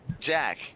Jack